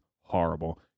horrible